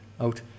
out